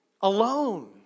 alone